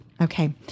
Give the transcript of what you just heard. Okay